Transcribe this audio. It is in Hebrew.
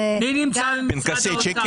מי נמצא ממשרד האוצר?